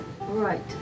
Right